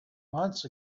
months